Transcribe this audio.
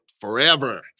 forever